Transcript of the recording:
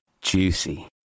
juicy